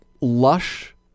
lush